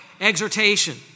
exhortation